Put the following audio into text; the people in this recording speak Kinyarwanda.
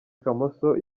kamoso